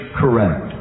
correct